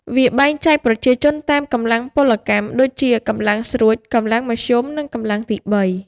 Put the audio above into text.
វាបែងចែកប្រជាជនតាមកម្លាំងពលកម្ម ដូចជាកម្លាំងស្រួច កម្លាំងមធ្យម និងកម្លាំងទី៣។